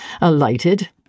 alighted